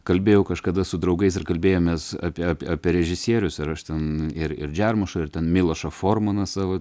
kalbėjau kažkada su draugais ir kalbėjomės apie apie apie režisierius ir aš ten ir ir džiarmušą ir ten milošą formaną savo